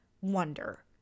wonder